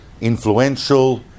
influential